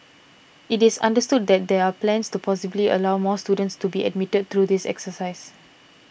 it is understood that there are plans to possibly allow more students to be admitted through this exercise